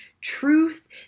truth